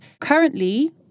currently